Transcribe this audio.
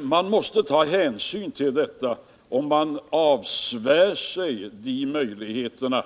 Man måste ta hänsyn till detta, och man avsvär sig de möjligheterna